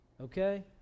Okay